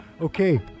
Okay